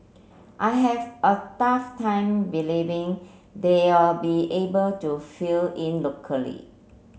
I have a tough time believing they'll be able to fill in locally